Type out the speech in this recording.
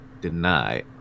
deny